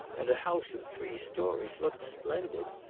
and a house of three stories looked splendid.